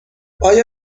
آیا